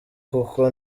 kuko